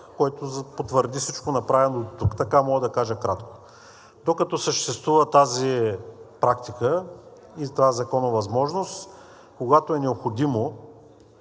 който потвърди всичко направено дотук. Така мога да кажа кратко. Докато съществува тази практика и тази законова възможност, когато е необходимо